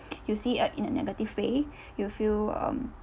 you see it in a negative way you'll feel um